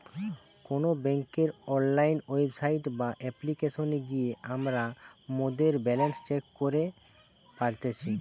কোনো বেংকের online website বা অপ্লিকেশনে গিয়ে আমরা মোদের ব্যালান্স চেক করি পারতেছি